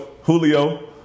julio